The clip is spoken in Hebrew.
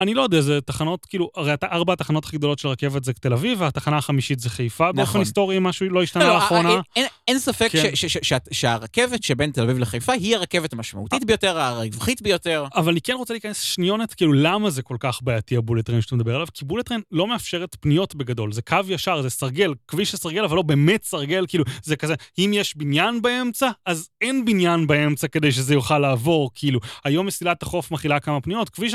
אני לא יודע, זה תחנות, כאילו, הרי ארבע התחנות הכי גדולות של הרכבת זה תל אביב, והתחנה החמישית זה חיפה, באופן היסטורי משהו לא השתנה לאחרונה. אין ספק שהרכבת שבין תל אביב לחיפה היא הרכבת המשמעותית ביותר, הרווחית ביותר. אבל אני כן רוצה להיכנס שניונת כאילו, למה זה כל כך בעייתי הבולטרן שאתה מדבר עליו, כי בולטרן לא מאפשרת פניות בגדול, זה קו ישר, זה סרגל, כביש הסרגל אבל לא באמת סרגל, כאילו, זה כזה, אם יש בניין באמצע, אז אין בניין באמצע כדי שזה יוכל לעבור, כאילו, היום מסילת החוף מכילה כמה פניות.